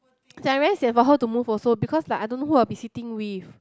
is like I'm very sian for her to move also because like I don't know who I'll be sitting with